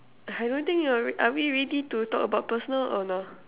I don't think you're are we ready to talk about personal or no